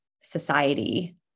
society